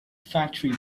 factory